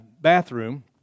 bathroom